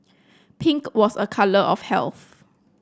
pink was a colour of health